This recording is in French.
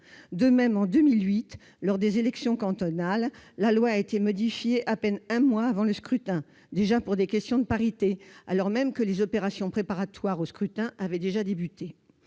De même, en 2008, pour les élections cantonales, la loi avait été modifiée à peine un mois avant le scrutin, et cela déjà pour des questions de parité, alors même que les opérations préparatoires au scrutin avaient déjà débuté.